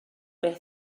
beth